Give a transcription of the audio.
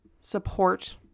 support